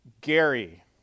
Gary